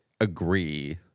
agree